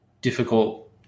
difficult